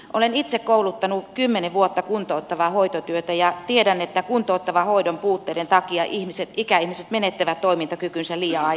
olen itse kouluttanut kymmenen vuotta kuntouttavaa hoitotyötä ja tiedän että kuntouttavan hoidon puutteiden takia ikäihmiset menettävä toimintakykynsä liian aikaisin